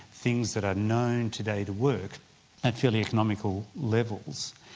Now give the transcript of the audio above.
things that are known today that work at fairly economical levels.